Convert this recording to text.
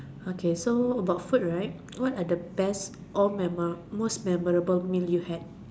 okay so about food right what are the best most memorable you had